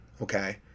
okay